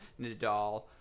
Nadal